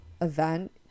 event